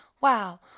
wow